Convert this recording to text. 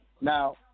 Now